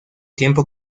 tiempo